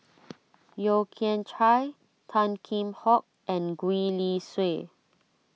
Yeo Kian Chye Tan Kheam Hock and Gwee Li Sui